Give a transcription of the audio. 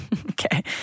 Okay